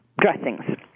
dressings